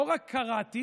לא רק קראתי,